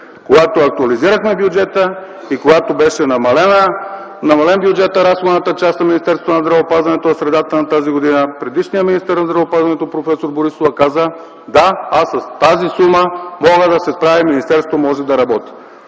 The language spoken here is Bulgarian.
Когато актуализирахме бюджета и когато беше намален бюджетът – разходната част на Министерството на здравеопазването в средата на тази година, предишният министър на здравеопазването проф. Борисова каза: „Да, с тази сума мога да се справя и министерството може да работи”.